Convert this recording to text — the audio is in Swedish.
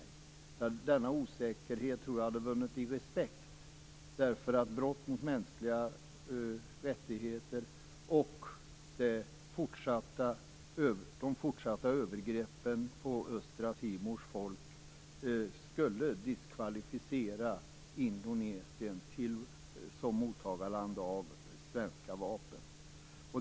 Jag tror att denna osäkerhet hade vunnit respekt. Brott mot mänskliga rättigheter och de fortsatta övergreppen på Östra Timors folk skulle diskvalificera Indonesien som mottagare av svenska vapen.